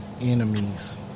enemies